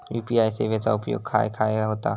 UPI सेवेचा उपयोग खाय खाय होता?